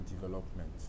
development